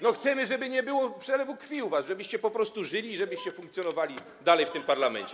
No, chcemy, żeby nie było przelewu krwi u was, żebyście po prostu żyli i żebyście funkcjonowali dalej w tym parlamencie.